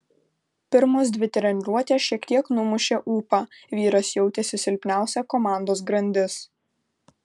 pirmos dvi treniruotės šiek tiek numušė ūpą vyras jautėsi silpniausia komandos grandis